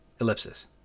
Ellipsis